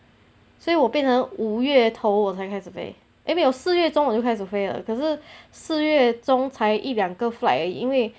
所以我变成五月头我才开始飞 eh 没有四月中我就开始飞了可是四月中才一两个 flight 而已因为